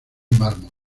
mármol